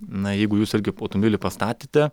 na jeigu jūs irgi automobilį pastatėte